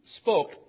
spoke